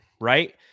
right